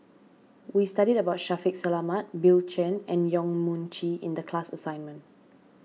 we studied about Shaffiq Selamat Bill Chen and Yong Mun Chee in the class assignment